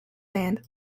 land